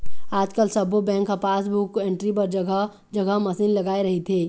आजकाल सब्बो बेंक ह पासबुक एंटरी बर जघा जघा मसीन लगाए रहिथे